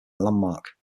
landmark